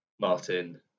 Martin